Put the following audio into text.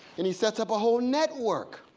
and he sets up a whole network.